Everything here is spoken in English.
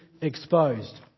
exposed